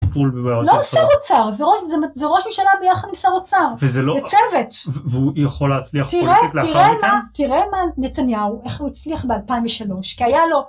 זה לא שר אוצר, זה ראש הממשלה ביחד עם שר אוצר, זה צוות, תראה מה נתניהו, איך הוא הצליח ב2003, כי היה לו.